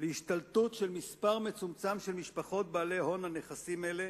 להשתלטות של מספר מצומצם של משפחות בעלי הון על נכסים אלה,